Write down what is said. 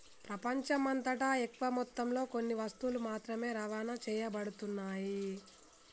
ప్రపంచమంతటా ఎక్కువ మొత్తంలో కొన్ని వస్తువులు మాత్రమే రవాణా చేయబడుతున్నాయి